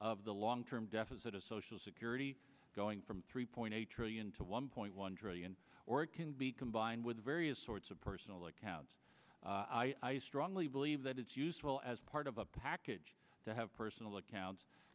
of the long term deficit of social security going from three point eight trillion to one point one trillion or it can be combined with various sorts of personal accounts i strongly believe that it's useful as part of a package to have personal accounts